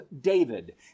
David